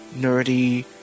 nerdy